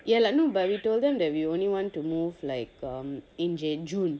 ya lah no but we told them that we only want to move like in june